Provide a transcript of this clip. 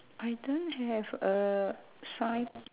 I don't have a sign